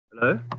Hello